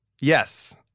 Yes